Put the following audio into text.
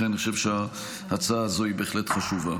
לכן אני חושב שההצעה הזאת בהחלט חשובה.